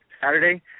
Saturday